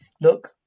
Look